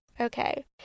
okay